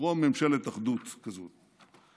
טרום ממשלת אחדות כזאת.